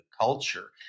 culture